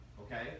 okay